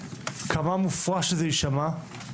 כמה מופרע שזה יישמע,